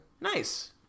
Nice